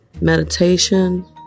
Meditation